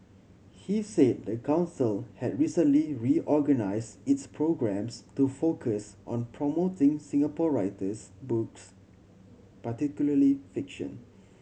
he said the council has recently reorganised its programmes to focus on promoting Singapore writers books particularly fiction